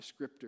descriptor